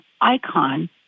icon